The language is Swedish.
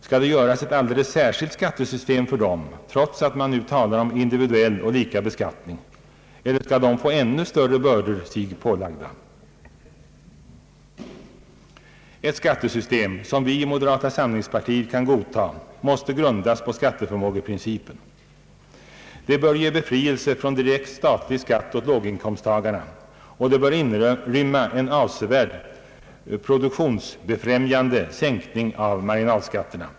Skall det göras ett alldeles särskilt skattesystem för dem trots att man nu talar om individuell och lika beskattning, eller skall de få ännu större bördor sig pålagda? Ett skattesystem som vi i moderata samlingspartiet kan godtaga måste grundas på skatteförmågeprincipen. Det bör ge befrielse från direkt statlig skatt åt låginkomsttagarna och det bör inrymma en avsevärd produktionsbefrämjande sänkning av marginalskatterna.